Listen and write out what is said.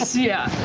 yeah.